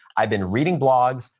i've been reading blogs.